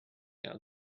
out